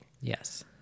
yes